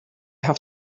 have